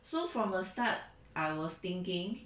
so from a start I was thinking